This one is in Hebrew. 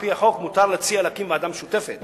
על-פי החוק מותר להציע להקים ועדה משותפת